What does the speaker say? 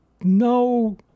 no